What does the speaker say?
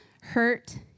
hurt